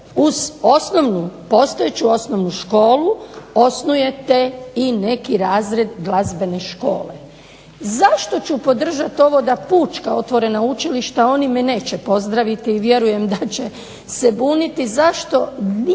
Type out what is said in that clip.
uz osnovnu postojeću osnovnu školu, osnujete i neki razred osnovne škole. Zašto ću podržati ovo da pučka otvorena učilišta, oni me neće pozdraviti i vjerujem da će se buniti, zašto